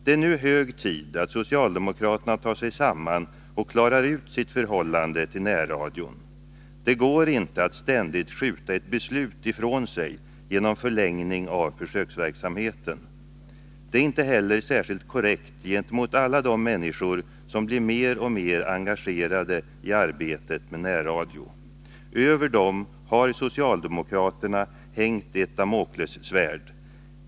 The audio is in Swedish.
Det är nu hög tid att socialdemokraterna tar sig samman och klarar ut sitt förhållande till närradion. Det går inte att ständigt skjuta ett beslut ifrån sig genom förlängning av försöksverksamheten. Det är inte heller särskilt korrekt gentemot alla de människor som blir mer och mer engagerade i arbetet med närradio. Över dem har socialdemokraterna hängt ett damoklessvärd.